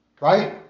Right